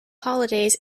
holidays